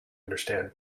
understand